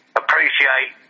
appreciate